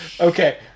okay